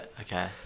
okay